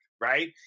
right